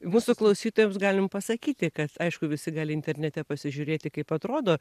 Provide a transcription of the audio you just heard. mūsų klausytojams galim pasakyti kad aišku visi gali internete pasižiūrėti kaip atrodo